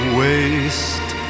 waste